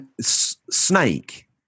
Snake